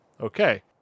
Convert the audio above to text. okay